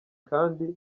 kandi